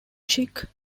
chic